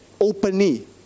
openly